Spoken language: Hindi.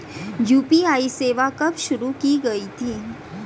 यू.पी.आई सेवा कब शुरू की गई थी?